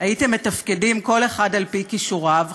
הייתם מתפקדים כל אחד על פי כישוריו,